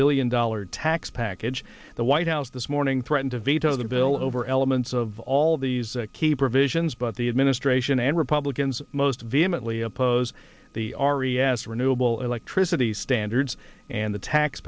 billion dollar tax package the white house this morning threatened to veto the bill over elements of all these key provisions but the administration and republicans most vehemently oppose the r e s renewable electricity standards and the tax